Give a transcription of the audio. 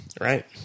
right